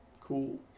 Cool